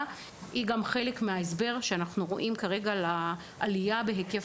היא גם חלק מההסבר שאנחנו רואים כרגע לעלייה בהיקף